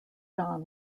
john